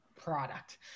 product